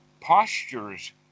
postures